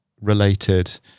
related